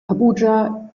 abuja